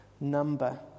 number